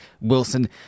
Wilson